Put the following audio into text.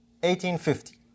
1850